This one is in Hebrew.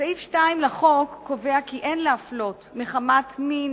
סעיף 2 לחוק קובע כי אין להפלות מחמת מין,